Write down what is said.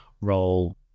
role